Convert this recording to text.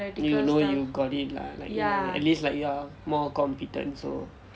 you know you got it lah like you know at least like you are more competent so